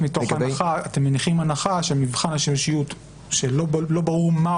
אתם מניחים הנחה שמבחן השימושיות,